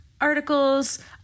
articles